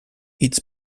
iets